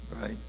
right